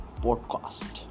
podcast